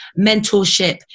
mentorship